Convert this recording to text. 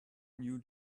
new